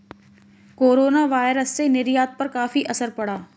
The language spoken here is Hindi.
कोरोनावायरस से निर्यात पर काफी असर पड़ा